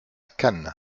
cane